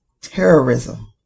terrorism